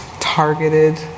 targeted